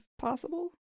possible